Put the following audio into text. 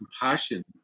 compassion